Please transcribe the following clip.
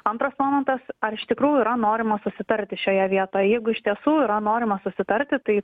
antras momentas ar iš tikrųjų yra norima susitarti šioje vietoj jeigu iš tiesų yra norima susitarti tai